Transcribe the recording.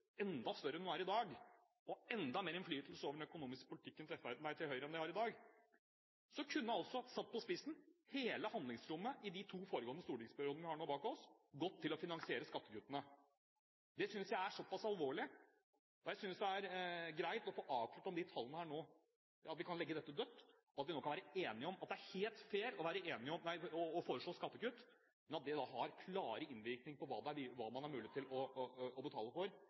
enda større enn hun er i dag og fikk enda mer innflytelse over den økonomiske politikken til Høyre enn hun har i dag – kunne hele handlingsrommet i de to foregående stortingsperiodene vi nå har bak oss, gått til å finansiere skattekuttene. Det synes jeg er såpass alvorlig at det er greit å få avklart de tallene her og nå, så vi kan legge dette dødt og være enige om at det er helt fair å foreslå skattekutt, men at det da har klare innvirkninger på hva man har mulighet til å betale for i form av velferd. Også i verdens rikeste land er det en klar sammenheng mellom skattenivå og hva vi får igjen i form av velferd. Det er fristende å